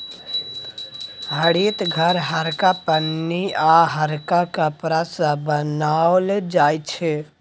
हरित घर हरका पन्नी आ हरका कपड़ा सँ बनाओल जाइ छै